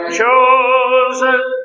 chosen